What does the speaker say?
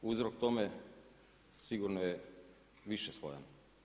Uzrok tome sigurno je višeslojan.